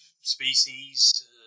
species